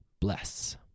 bless